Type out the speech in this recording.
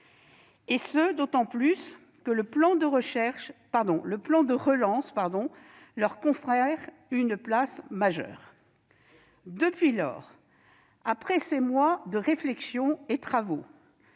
et ce, d'autant plus que le plan de relance leur confère une place majeure. Très bien ! Après ces mois de réflexions et de travaux,